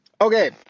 okay